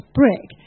brick